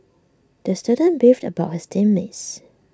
the student beefed about his team mates